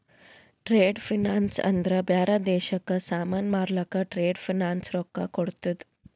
trade finance ಅಂದ್ರ ಬ್ಯಾರೆ ದೇಶಕ್ಕ ಸಾಮಾನ್ ಮಾರ್ಲಕ್ ಟ್ರೇಡ್ ಫೈನಾನ್ಸ್ ರೊಕ್ಕಾ ಕೋಡ್ತುದ್